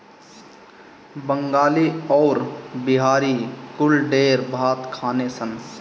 बंगाली अउरी बिहारी कुल ढेर भात खाने सन